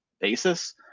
basis